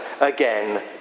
again